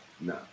No